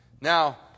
Now